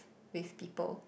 with people